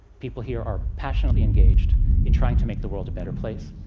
people here are passionately engaged in trying to make the world a better place.